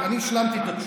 טוב, אני השלמתי את התשובה.